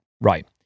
Right